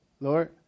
Lord